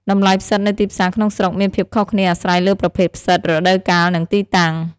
តម្លៃផ្សិតនៅទីផ្សារក្នុងស្រុកមានភាពខុសគ្នាអាស្រ័យលើប្រភេទផ្សិត រដូវកាល និងទីតាំង។